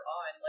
on